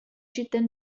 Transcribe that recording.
جدا